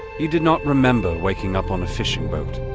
he did not remember waking up on a fishing boat.